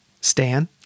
Stan